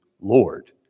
Lord